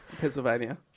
Pennsylvania